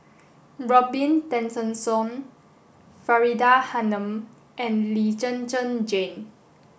Robin Tessensohn Faridah Hanum and Lee Zhen Zhen Jane